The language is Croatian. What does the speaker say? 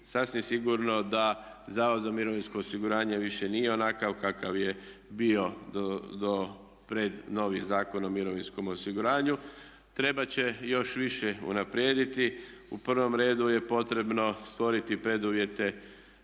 sasvim sigurno da Zavod za mirovinsko osiguranje više nije onakav kakav je bio do pred novim Zakonom o mirovinskom osiguranju. Trebati će još više unaprijediti. U prvom redu je potrebno stvoriti preduvjete